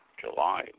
July